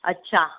अच्छा